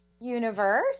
universe